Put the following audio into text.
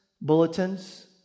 bulletins